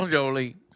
Jolie